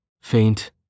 Faint